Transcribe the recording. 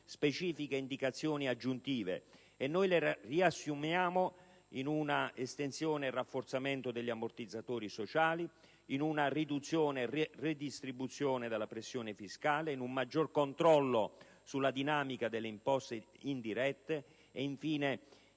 specifiche indicazioni aggiuntive. Noi le riassumiamo in una estensione e rafforzamento degli ammortizzatori sociali, in una riduzione e redistribuzione della pressione fiscale, in un maggiore controllo sulla dinamica delle imposte indirette e, infine,